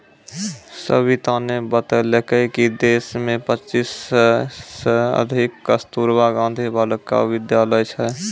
सविताने बतेलकै कि देश मे पच्चीस सय से अधिक कस्तूरबा गांधी बालिका विद्यालय छै